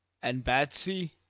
and batsy?